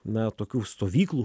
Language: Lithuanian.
na tokių stovyklų